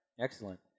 Excellent